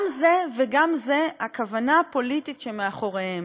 גם זה וגם זה, הכוונה הפוליטית שמאחוריהם,